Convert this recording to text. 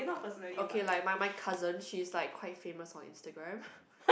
okay like my my cousin she's like quite famous on Instagram